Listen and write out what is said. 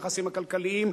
את היחסים הכלכליים,